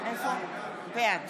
בעד